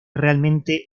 realmente